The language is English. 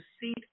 seat